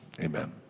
Amen